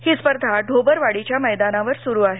ही स्पर्धा ढोबरवाडीच्या मैदानावर सुरु आहे